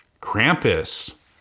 Krampus